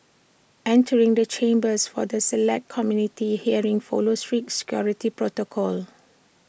entering the chambers for the Select Committee hearing follows strict security protocol